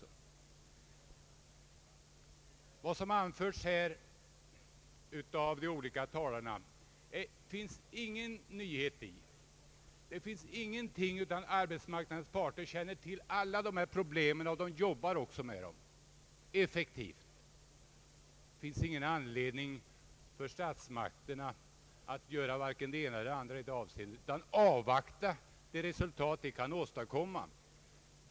I vad som anförts här av de olika talarna finns ingenting nytt. Arbetsmark Ang. företagsdemokrati nadens parter känner till alla dessa problem och arbetar också effektivt med dem. Det finns ingen anledning för statsmakterna att i detta avseende göra någonting annat än att avvakta de resultat som arbetsmarknadens parter kan åstadkomma.